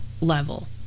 level